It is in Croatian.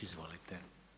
Izvolite.